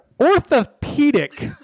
Orthopedic